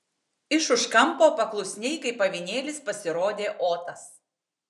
iš už kampo paklusniai kaip avinėlis pasirodė otas